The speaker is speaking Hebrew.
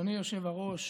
אדוני היושב-ראש,